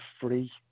free